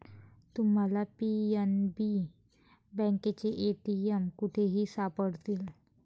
तुम्हाला पी.एन.बी बँकेचे ए.टी.एम कुठेही सापडतील